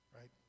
Right